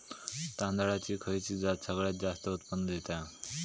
तांदळाची खयची जात सगळयात जास्त उत्पन्न दिता?